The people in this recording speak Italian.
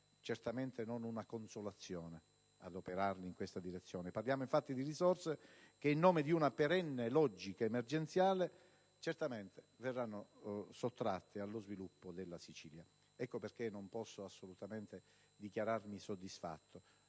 certamente non una consolazione adoperarli in questa direzione. Si parla, infatti, di risorse che in nome di una perenne logica emergenziale verranno certamente sottratti allo sviluppo della Sicilia. Ecco perché non posso assolutamente dichiararmi soddisfatto,